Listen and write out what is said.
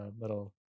little